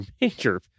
major